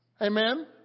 Amen